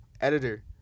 editor